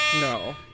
No